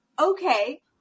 okay